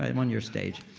i'm on your stage.